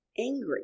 angry